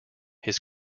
his